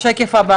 בשקף הבא